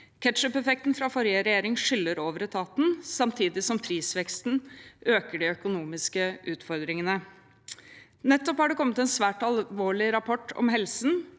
Ketchupeffekten fra forrige regjering skyller over etaten samtidig som prisveksten øker de økonomiske utfordringene. Det har nettopp kommet en svært alvorlig rapport om helsen